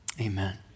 Amen